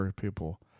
people